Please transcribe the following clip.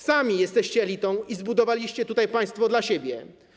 Sami jesteście elitą i zbudowaliście tutaj państwo dla siebie.